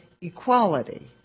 equality